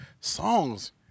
songs